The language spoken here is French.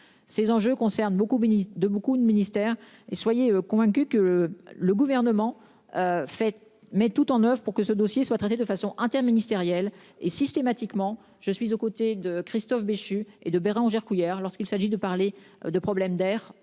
Ces enjeux concernent beaucoup de beaucoup de ministères et soyez convaincus que le gouvernement. Fait met tout en oeuvre pour que ce dossier soit traité de façon inter-ministériel et systématiquement, je suis aux côtés de Christophe Béchu et de Bérangère Couillard lorsqu'il s'agit de parler de problèmes d'air